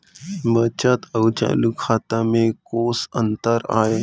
बचत अऊ चालू खाता में कोस अंतर आय?